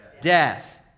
death